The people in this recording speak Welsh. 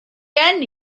gen